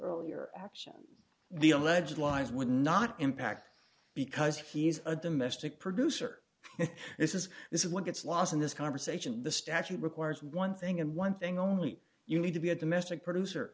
earlier actions the alleged lies would not impact because he's a domestic producer this is this is what gets lost in this conversation the statute requires one thing and one thing only you need to be a domestic producer